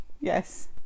yes